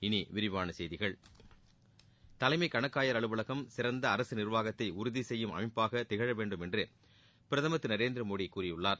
இனி விரிவான செய்திகள் தலைமை கணக்காயர் அலுவலகம் சிறந்த அரசு நிர்வாகத்தை உறுதி செய்யும் அமைப்பாக திகழவேண்டும் என்று பிரதமர் திரு நரேந்திரமோடி கூறியுள்ளார்